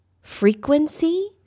frequency